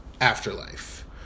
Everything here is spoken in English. afterlife